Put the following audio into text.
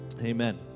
amen